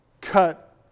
cut